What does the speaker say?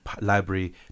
library